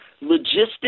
logistics